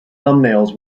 thumbnails